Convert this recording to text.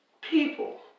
people